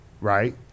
right